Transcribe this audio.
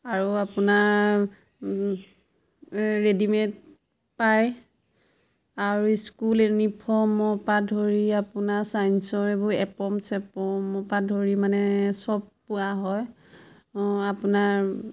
আৰু আপোনাৰ ৰেডিমেড পায় আৰু স্কুল ইউনিফৰ্মৰ পা ধৰি আপোনাৰ চাইঞ্চৰ এইবোৰ এপম চেপম পা ধৰি মানে চব পোৱা হয় আপোনাৰ